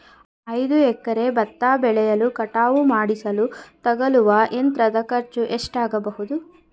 ಐದು ಎಕರೆ ಭತ್ತ ಬೆಳೆಯನ್ನು ಕಟಾವು ಮಾಡಿಸಲು ತಗಲುವ ಯಂತ್ರದ ಖರ್ಚು ಎಷ್ಟಾಗಬಹುದು?